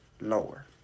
lower